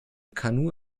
kanu